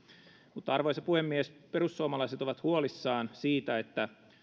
arvoisa puhemies perussuomalaiset ovat huolissaan siitä